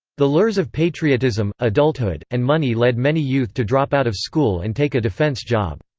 the lures of patriotism, adulthood, and money led many youth to drop out of school and take a defense job.